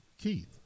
Keith